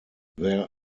there